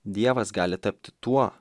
dievas gali tapti tuo